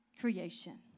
creation